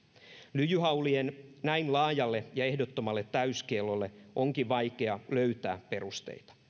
lyijyhaulien näin laajalle ja ehdottomalle täyskiellolle onkin vaikea löytää perusteita